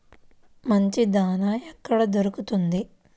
మంచి దాణా ఎక్కడ దొరుకుతుంది?